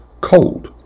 cold